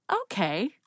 okay